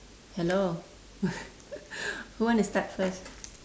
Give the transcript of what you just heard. hello who wanna start first